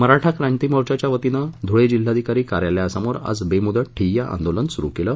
मराठा क्रांती मोर्चाच्या वतीनं धुळे जिल्हाधिकारी कार्यालयासमोर आज बेमुदत ठिय्या आंदोलन सुरू केलं